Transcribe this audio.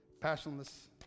passionless